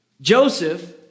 Joseph